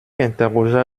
interrogea